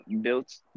Built